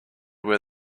where